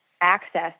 access